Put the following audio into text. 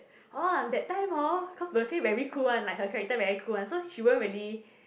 orh that time hor cause Wen Fei very cool one like her character very cool one so she won't really